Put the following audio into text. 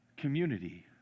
community